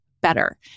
better